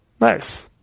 Nice